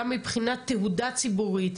גם מבחינת תהודה ציבורית,